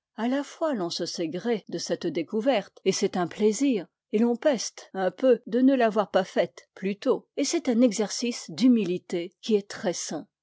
à la fois l'on se sait gré de cette découverte et c'est un plaisir et l'on peste un peu de ne l'avoir pas faite plus tôt et c'est un exercice d'humilité qui est très